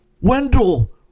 Wendell